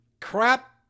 crap